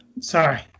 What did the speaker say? Sorry